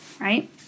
right